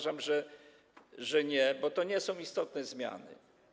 Uważam, że nie, bo to nie są istotne zmiany.